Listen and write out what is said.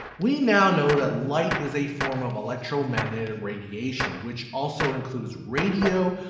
we now know that light is a form of electromagnetic radiation which also includes radio,